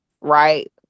Right